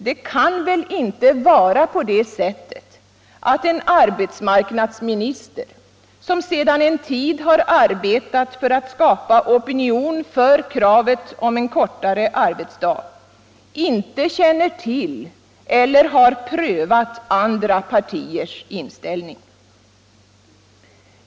Det kan väl inte vara så att ett statsråd som sysslar med arbetsmarknadsfrågor och som sedan en tid arbetat för att skapa opinion för kravet om kortare arbetsdag inte känner till eller har prövat andra partiers inställning.